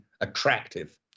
attractive